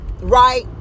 Right